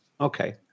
okay